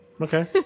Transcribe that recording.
Okay